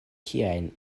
kiajn